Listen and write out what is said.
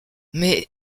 mais